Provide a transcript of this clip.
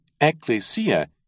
Ecclesia